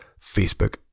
Facebook